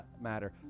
matter